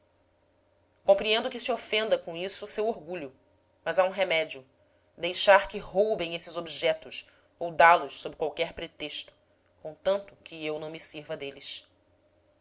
gente compreendo que se ofenda com isso o seu orgulho mas há um remédio deixar que roubem esses objetos ou dá los sob qualquer pretexto contanto que eu não me sirva deles